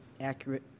accurate